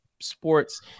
Sports